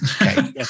Yes